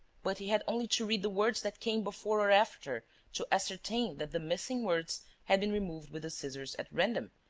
but he had only to read the words that came before or after to ascertain that the missing words had been removed with the scissors at random,